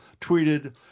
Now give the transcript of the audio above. tweeted